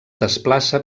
desplaça